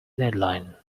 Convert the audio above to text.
deadline